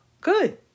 Good